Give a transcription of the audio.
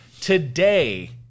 today